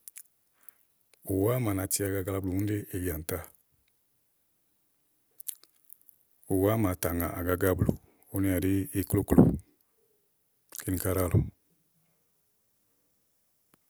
ùwá màana ti agaga blù úni ɖí ìjànta ù wá màa tà ŋà agaga blù úni ɛɖí iklòklo kíni kátá lɔ̀ɔ.